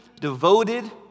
devoted